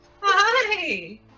Hi